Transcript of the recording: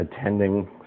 attending